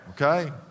okay